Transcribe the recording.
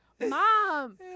mom